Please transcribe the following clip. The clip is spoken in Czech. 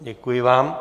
Děkuji vám.